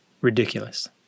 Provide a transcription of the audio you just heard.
ridiculous